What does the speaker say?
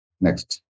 Next